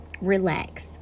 relax